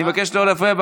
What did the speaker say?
אני מבקש לא להפריע.